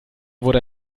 wurde